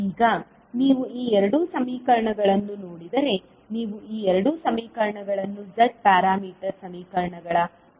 ಈಗ ನೀವು ಈ ಎರಡು ಸಮೀಕರಣಗಳನ್ನು ನೋಡಿದರೆ ನೀವು ಈ ಎರಡು ಸಮೀಕರಣಗಳನ್ನು Z ಪ್ಯಾರಾಮೀಟರ್ ಸಮೀಕರಣಗಳ ರೂಪದಲ್ಲಿ ಪ್ರತಿನಿಧಿಸಲು ಸಾಧ್ಯವಿಲ್ಲ